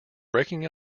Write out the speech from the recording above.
breaking